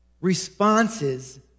responses